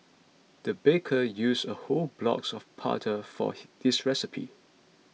the baker used a whole blocks of butter for hey this recipe